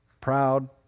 proud